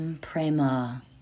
prema